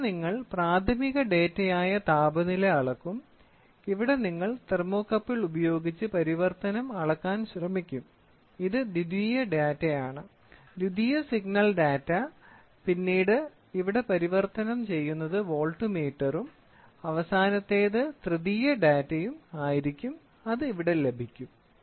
ഇവിടെ നിങ്ങൾ പ്രാഥമിക ഡാറ്റയായ താപനില അളക്കും ഇവിടെ നിങ്ങൾ തെർമോകപ്പിൾ ഉപയോഗിച്ച് പരിവർത്തനം അളക്കാൻ ശ്രമിക്കും ഇത് ദ്വിതീയ ഡാറ്റയാണ് ദ്വിതീയ സിഗ്നൽ ഡാറ്റ പിന്നീട് ഇവിടെ പരിവർത്തനം ചെയ്യുന്നത് വോൾട്ട്മീറ്ററും അവസാനത്തേത് തൃതീയ ഡാറ്റയും ആയിരിക്കും അത് ഇവിടെ ലഭിക്കും